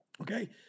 okay